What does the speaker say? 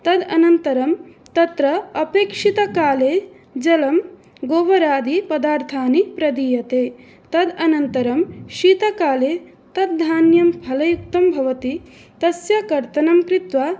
तद् अनन्तरं तत्र अपेक्षितकाले जलं गोबरादिपदार्थानि प्रदीयन्ते तद् अनन्तरं शीतकाले तद् धान्यं फलयुक्तं भवति तस्य कर्तनं कृत्वा